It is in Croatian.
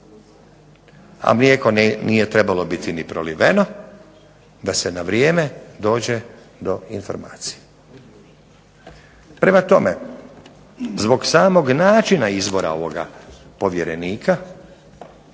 A mlijeko nije trebalo biti ni proliveno da se na vrijeme dođe do informacija. Prema tome, zbog samog načina izbora ovog povjerenika,